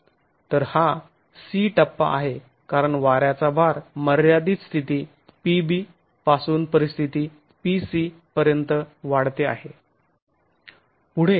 तर हा 'c' टप्पा आहे कारण वाऱ्याचा भार मर्यादित स्थिती pb पासून परिस्थिती pc पर्यंत वाढते आहे